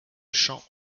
chant